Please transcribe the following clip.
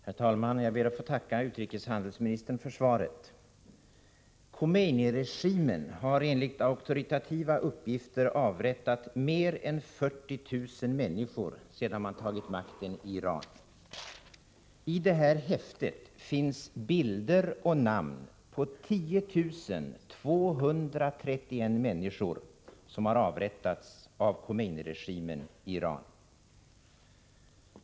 Herr talman! Jag ber att få tacka utrikeshandelsministern för svaret. Torsdagen den Khomeini-regimen har enligt auktoritativa uppgifter avrättat mer än 25 oktober 1984 40 000 människor sedan man tagit makten i Iran. I det häfte som jag har här finns bilder och namn på 10 231 människor som avrättats av Khomeini Om handelsförbinregimen i Iran.